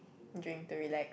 drink to relax